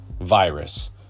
virus